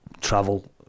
travel